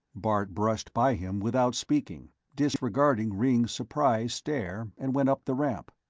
bart brushed by him without speaking, disregarding ringg's surprised stare, and went up the ramp.